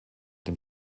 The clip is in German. dem